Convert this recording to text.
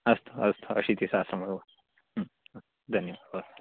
अस्तु अस्तु अशीतिसहस्रं ओ धन्यवादः